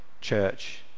church